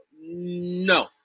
No